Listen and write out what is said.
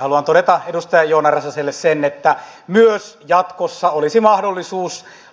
haluan todeta edustaja joona räsäselle sen että myös jatkossa olisi